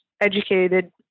educated